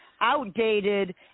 outdated